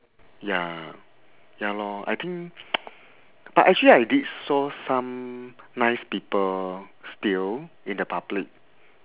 ya ya lor I think but actually I did saw some nice people still in the public